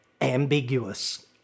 ambiguous